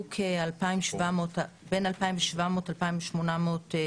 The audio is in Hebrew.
הוגשו כ-2,750 בקשות.